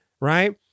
right